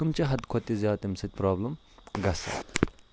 تم چھِ حَد کھۄتہٕ تہِ زیادٕ تمہِ سۭتۍ پروبلَم گَژھان